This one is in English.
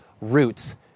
roots